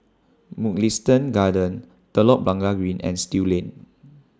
Mugliston Gardens Telok Blangah Green and Still Lane